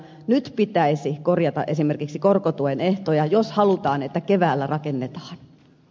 nyt pitäisi korjata esimerkiksi korkotuen ehtoja jos halutaan että keväällä rakennetaan